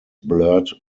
blurred